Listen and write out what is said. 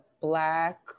black